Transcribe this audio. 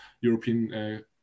European